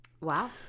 Wow